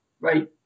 right –